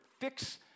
Fix